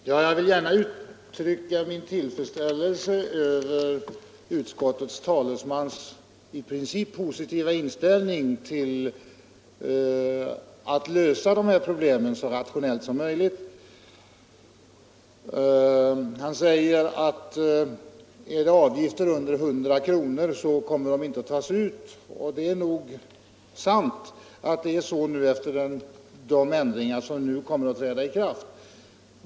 Fru talman! Jag vill gärna uttrycka min tillfredsställelse över utskottets talesmans i princip positiva inställning när det gäller att lösa dessa problem så rationellt som möjligt. Han säger att särskild avgift under 100 231 kronor inte kommer att tas ut. Det är nog riktigt att det blir så efter de ändringar som nu kommer att träda i kraft.